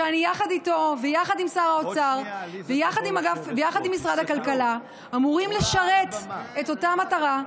שאני והוא ושר האוצר ומשרד הכלכלה אמורים לשרת את אותה מטרה,